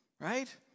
Right